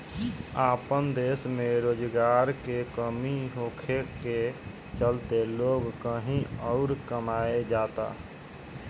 आपन देश में रोजगार के कमी होखे के चलते लोग कही अउर कमाए जाता